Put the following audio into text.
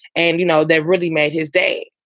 and, you know, they really made his day.